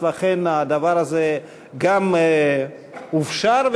הדבר הזה גם אופשר,